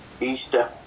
Easter